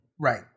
Right